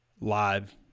live